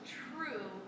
true